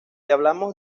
hablamos